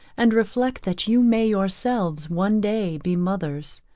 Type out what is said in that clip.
and reflect that you may yourselves one day be mothers.